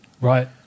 right